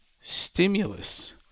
stimulus